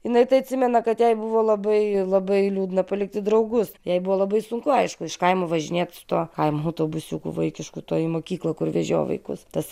jinai tai atsimena kad jai buvo labai labai liūdna palikti draugus jai buvo labai sunku aišku iš kaimo važinėt su tuo kaimo autobusiuku vaikišku tuo į mokyklą kur vežioja vaikus tas